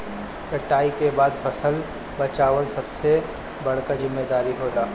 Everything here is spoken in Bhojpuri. कटाई के बाद फसल बचावल सबसे बड़का जिम्मेदारी होला